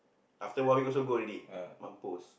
after one week also go already mampus